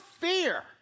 fear